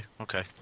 okay